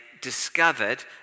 discovered